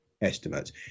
estimates